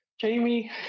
Jamie